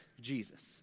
Jesus